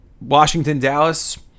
Washington-Dallas